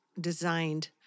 designed